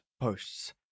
posts